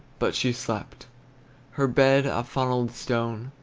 but she slept her bed a funnelled stone,